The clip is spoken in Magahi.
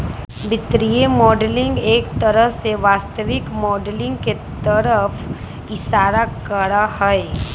वित्तीय मॉडलिंग एक तरह से वास्तविक माडलिंग के तरफ इशारा करा हई